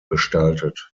gestaltet